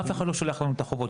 אף אחד לא שולח לנו את החובות,